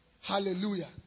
Hallelujah